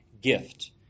gift